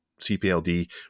CPLD